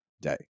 day